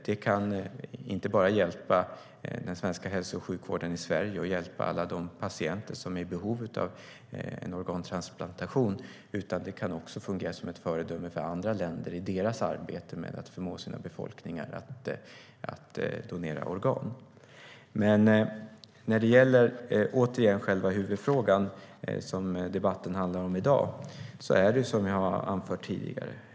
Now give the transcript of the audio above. Det kan inte bara hjälpa hälso och sjukvården i Sverige och hjälpa alla de patienter som är i behov av en organtransplantation, utan det kan också fungera som ett föredöme för andra länder i deras arbete med att förmå sina befolkningar att donera organ. När det gäller själva huvudfrågan, som debatten i dag handlar om, är det som jag har anfört tidigare.